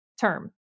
term